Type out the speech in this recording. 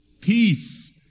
peace